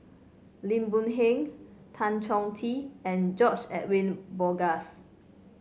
Lim Boon Heng Tan Chong Tee and George Edwin Bogaars